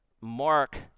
Mark